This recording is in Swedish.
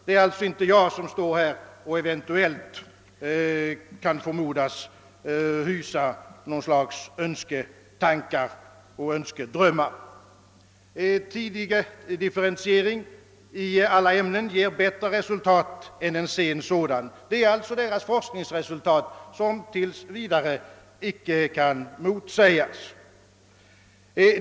Det är alltså inte jag som eventuellt kan förmodas hysa något slags önsketankar och försjunka i något slags önskedrömmar. Tidig differentiering i alla ämnen ger bättre resultat än sen sådan. Detta resultat har de alltså kommit till genom sin forskning, och det kan tills vidare inte motsägas.